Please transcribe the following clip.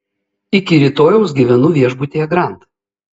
iki rytojaus gyvenu viešbutyje grand